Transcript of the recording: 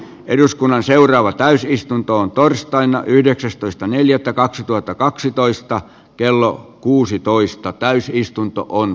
eduskunnan seuraava täysistuntoon torstaina yhdeksästoista neljättä kaksituhattakaksitoista kello kannustavaa liikennepolitiikkaa